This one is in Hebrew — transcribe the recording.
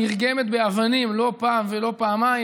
נרגמת באבנים לא פעם ולא פעמיים,